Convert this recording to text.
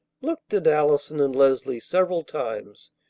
looked at allison and leslie several times,